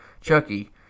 Chucky